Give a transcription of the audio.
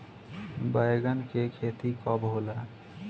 बैंगन के खेती कब होला?